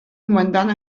comandant